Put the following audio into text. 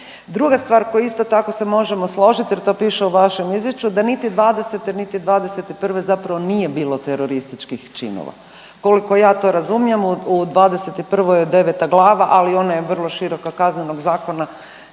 Druga stvar koju isto tako se možemo složiti jer to piše u vašem izvješću da niti '20., niti '21. zapravo nije bilo terorističkih činova. Koliko ja to razumijem u '21. je deveta glava, ali ona je vrlo široka Kaznenog zakona.